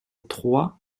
trois